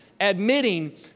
admitting